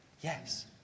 Yes